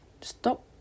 Stop